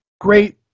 great